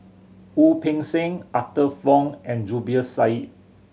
Wu Peng Seng Arthur Fong and Zubir Said